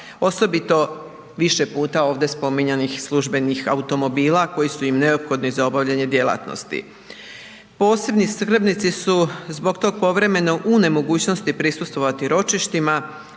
Osobito više puta ovdje spominjanih službenih automobila koji su im nedovoljni za obavljanje djelatnosti. Posebni skrbni su zbog tog povremeno u nemogućnosti prisustvovati ročištima